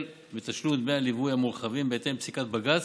בתשלום דמי הליווי המורחבים בהתאם לפסיקת בג"ץ